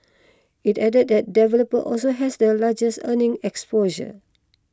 it added that developer also has the largest earnings exposure